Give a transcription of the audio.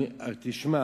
תשמע,